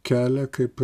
kelią kaip